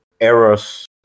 errors